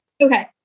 Okay